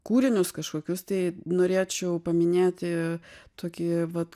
kūrinius kažkokius tai norėčiau paminėti tokį vat